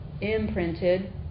imprinted